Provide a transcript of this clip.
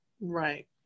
right